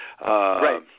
Right